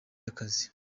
y’akazi